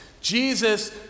Jesus